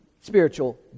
spiritual